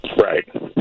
Right